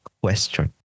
question